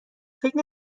فکر